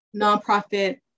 nonprofit